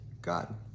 God